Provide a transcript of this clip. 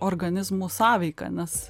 organizmų sąveiką nes